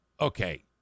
Okay